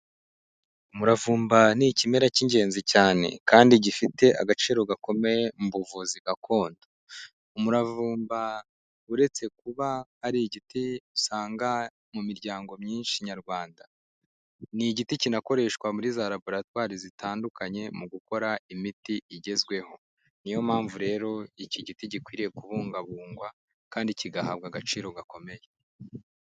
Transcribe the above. Umuravumba ni ikimera cy'ingenzi cyane kandi gifite agaciro gakomeye mu buvuzi gakondo. Umuravumba uretse kuba ari igiti usanga mu miryango myinshi nyarwanda, ni igiti kinakoreshwa muri za laboratwari zitandukanye mu gukora imiti igezweho. Niyo mpamvu rero iki giti gikwiriye kubungabungwa kandi kigahabwa agaciro gakomeye.